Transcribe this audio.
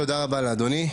תודה רבה לאדוני.